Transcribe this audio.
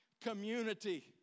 community